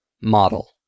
Model